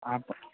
ଆପଣ